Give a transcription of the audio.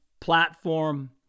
platform